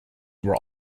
were